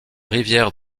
rivières